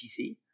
PC